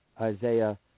Isaiah